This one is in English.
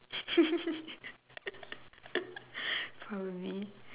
probably